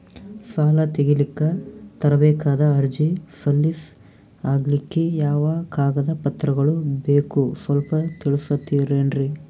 ಸಾಲ ತೆಗಿಲಿಕ್ಕ ತರಬೇಕಾದ ಅರ್ಜಿ ಸಲೀಸ್ ಆಗ್ಲಿಕ್ಕಿ ಯಾವ ಕಾಗದ ಪತ್ರಗಳು ಬೇಕು ಸ್ವಲ್ಪ ತಿಳಿಸತಿರೆನ್ರಿ?